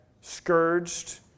scourged